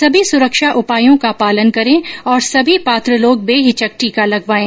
सभी सुरक्षा उपायों का पालन करें और सभी पात्र लोग बेहिचक टीका लगवाएं